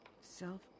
self